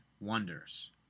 wonders